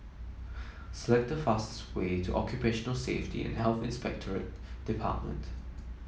select the fastest way to Occupational Safety and Health Inspectorate Department